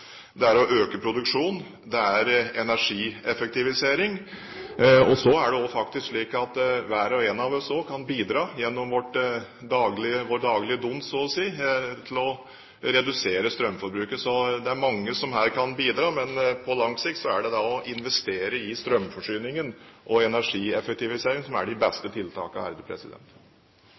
å øke produksjonen og energieffektivisering. Og faktisk kan hver og en av oss også bidra gjennom vår daglige dont, så å si, til å redusere strømforbruket. Det er mange som her kan bidra, men på lang sikt er det å investere i strømforsyning og energieffektivisering de beste